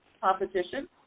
competition